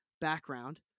background